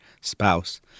spouse